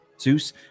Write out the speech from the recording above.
Zeus